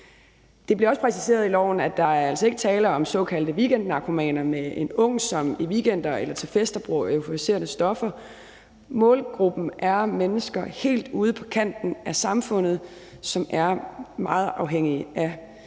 Det bliver også præciseret i loven, at der altså ikke er tale om såkaldte weekendnarkomaner som en ung, som i weekender eller til fester bruger euforiserende stoffer; målgruppen er mennesker helt ude på kanten af samfundet, som er meget afhængige af